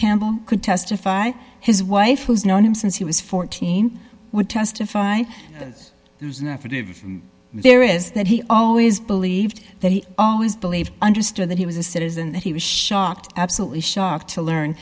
campbell could testify his wife has known him since he was fourteen would testify there's an affidavit there is that he always believed that he always believed understood that he was a citizen that he was shocked absolutely shocked to learn